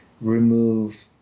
remove